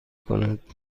کند